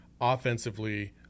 offensively